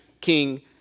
King